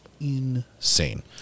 insane